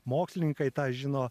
mokslininkai tą žino